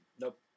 Nope